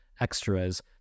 extras